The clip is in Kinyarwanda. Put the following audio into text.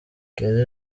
kelly